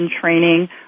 training